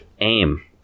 aim